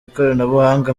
ikoranabuhanga